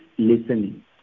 listening